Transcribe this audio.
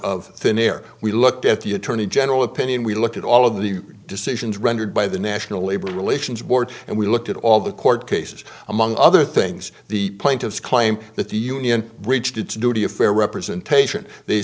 of thin air we looked at the attorney general opinion we looked at all of the decisions rendered by the national labor relations board and we looked at all the court cases among other things the plaintiff's claim that the union reached its duty of fair representation they